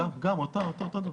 גם, אותו דבר.